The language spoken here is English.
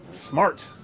Smart